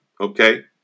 okay